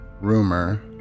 Rumor